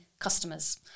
customers